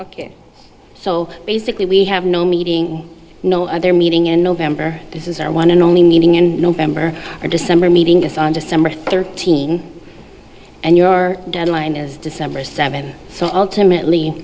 ok so basically we have no meeting no they're meeting in november this is our one and only meeting in november or december meeting us on december thirteenth and your deadline is december seventh so ultimately